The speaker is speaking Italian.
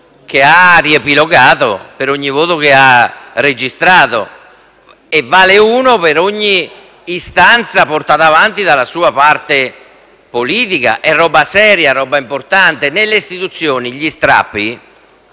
uno, ma vale uno per ogni voto che ha registrato; e vale uno per ogni istanza portata avanti dalla sua parte politica. È una cosa seria, una cosa importante. Nelle istituzioni gli strappi,